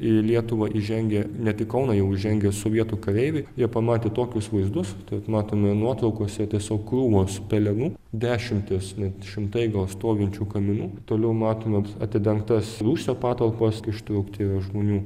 į lietuvą įžengė net į kauną jau įžengė sovietų kareiviai jie pamatė tokius vaizdus taip matome ir nuotraukose tiesiog krūvos pelenų dešimtys net šimtai gal stovinčių kaminų toliau matome atidengtas rūsio patalpas ištraukti žmonių